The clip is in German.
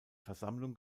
versammlung